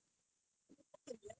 first one is where